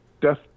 death